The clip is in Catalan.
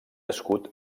escut